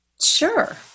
Sure